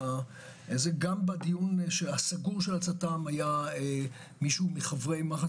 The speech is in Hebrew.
זה גם בדיון הסגור של הצט"ם היה מישהו מחברי מח"ץ